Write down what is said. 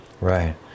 Right